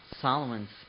Solomon's